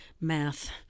math